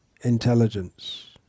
intelligence